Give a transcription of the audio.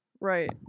right